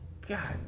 god